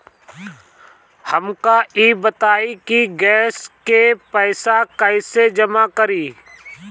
हमका ई बताई कि गैस के पइसा कईसे जमा करी?